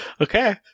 Okay